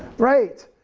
right,